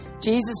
Jesus